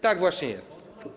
Tak właśnie jest.